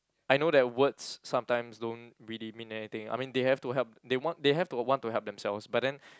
I know that words sometimes don't really mean anything I mean they have to help they want they had to want to help themselves but then